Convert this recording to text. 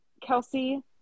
Kelsey